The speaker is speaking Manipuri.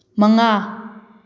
ꯃꯉꯥ